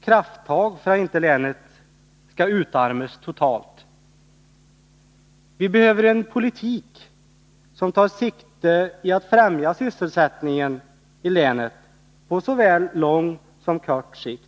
krafttag för att inte länet skall utarmas totalt. Vi behöver en politik som tar sikte på att främja sysselsättningen i länet på såväl lång som kort sikt.